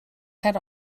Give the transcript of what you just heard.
head